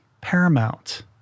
paramount